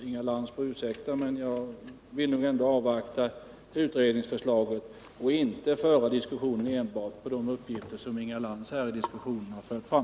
Inga Lantz får ursäkta, men jag vill nog ändå avvakta utredningsförslaget och inte föra diskussionen enbart på de uppgifter som Inga Lantz fört fram här i debatten.